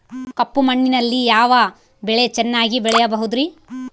ಕಪ್ಪು ಮಣ್ಣಿನಲ್ಲಿ ಯಾವ ಬೆಳೆ ಚೆನ್ನಾಗಿ ಬೆಳೆಯಬಹುದ್ರಿ?